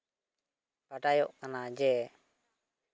ᱵᱟᱲᱟᱭᱚᱜ ᱠᱟᱱᱟ ᱡᱮ